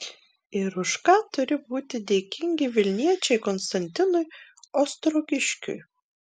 ir už ką turi būti dėkingi vilniečiai konstantinui ostrogiškiui